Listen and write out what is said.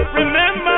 remember